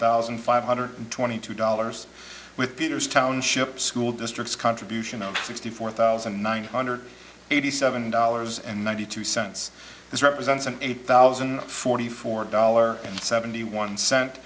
thousand five hundred twenty two dollars with peters township school district's contribution sixty four thousand nine hundred eighty seven dollars and ninety two cents this represents an eight thousand and forty four dollar and seventy one cent